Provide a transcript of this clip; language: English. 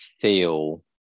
feel